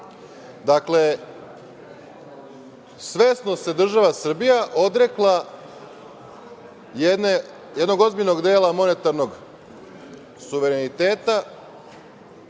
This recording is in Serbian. banci“.Dakle, svesno se država Srbija odrekla jednog ozbiljnog dela monetarnog suvereniteta